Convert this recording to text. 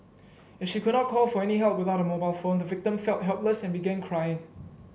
as she could not call for any help without her mobile phone the victim felt helpless and began crying